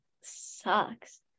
sucks